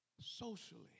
Socially